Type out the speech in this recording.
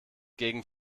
gegen